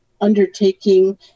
undertaking